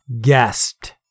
gasped